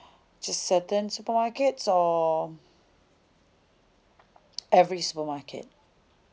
just certain supermarkets or every supermarket